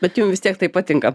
bet jum vis tiek tai patinka